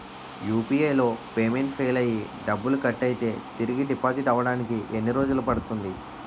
UPI లో payment fail అయ్యి డబ్బులు కట్ అయితే తిరిగి డిపాజిట్ అవ్వడానికి ఎన్ని రోజులు పడుతుంది?